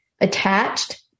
attached